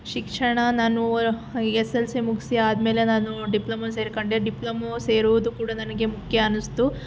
ಶಿಕ್ಷಣ ನಾನು S L C ಮುಗಿಸಿ ಆದ್ಮೇಲೆ ನಾನು ಡಿಪ್ಲೊಮೋ ಸೇರ್ಕೊಂಡೆ ಡಿಪ್ಲೊಮೋ ಸೇರುವುದು ಕೂಡ ನನಗೆ ಮುಖ್ಯ ಅನ್ನಿಸ್ತು